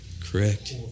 Correct